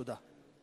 תודה.